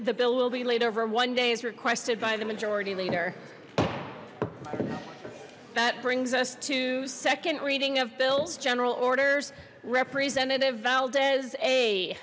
the bill will be laid over one day is requested by the majority leader that brings us to second reading of bill's general orders representative